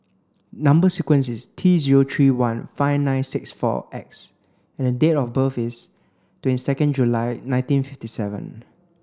number sequence is T zero three one five nine six four X and the date of birth is twenty second July nineteen fifty seven